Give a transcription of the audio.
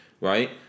Right